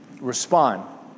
respond